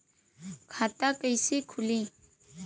खाता कइसे खुली?